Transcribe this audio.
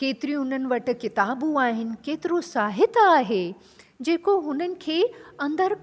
केतिरियूं हुननि वटि किताबूं आहिनि केतिरो साहित आहे जेको हुननि खे अंदरि